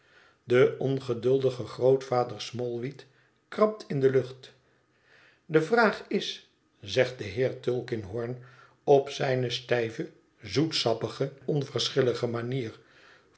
de ongeduldige grootvader smallweed krabt in de lucht de vraag is zegt de heer tulkinghorn op zijne stijve zoetsappige onverschillige manier